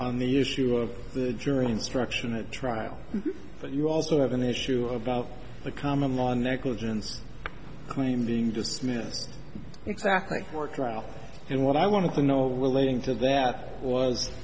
on the issue of the jury instruction at trial but you also have an issue about the common law negligence claim being dismissed exactly for trial and what i want to know relating to that was